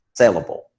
sellable